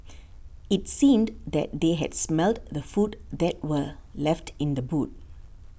it seemed that they had smelt the food that were left in the boot